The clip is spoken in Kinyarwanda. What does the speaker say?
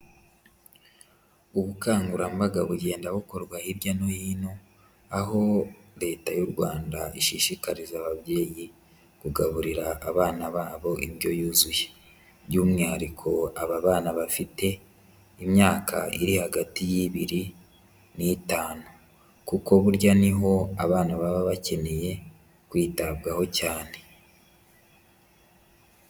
Ubukangurambaga bugenda bukorwa hirya no hino, aho Leta y'u Rwanda ishishikariza ababyeyi kugaburira abana babo indyo yuzuye by'umwihariko aba bana bafite imyaka iri hagati y'ibiri n'itanu kuko burya n'iho abana baba bakeneye kwitabwaho cyane.